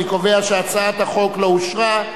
אני קובע שהצעת החוק לא אושרה.